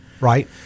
right